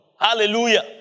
Hallelujah